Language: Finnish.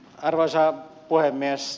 arvoisa puhemies